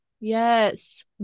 Yes